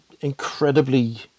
incredibly